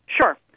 Sure